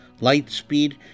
Lightspeed